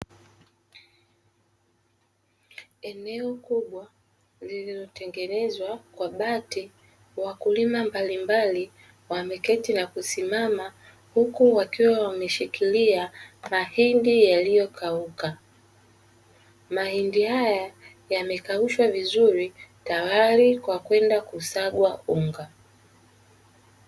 Eneo kubwa lililotengenezwa kwa bati, wakulima mbalimbali wameketi na kusimama huku wakiwa wameshikilia mahindi yaliyokauka. Mahindi haya yamekaushwa vizuri tayari kwa kwenda kusaga unga.